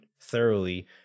thoroughly